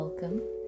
Welcome